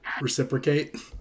reciprocate